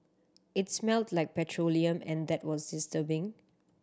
it smelt like petroleum and that was disturbing